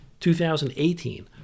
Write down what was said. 2018